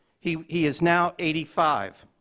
he he is now eighty five.